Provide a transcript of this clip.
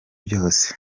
byose